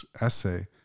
essay